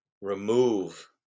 remove